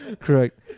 correct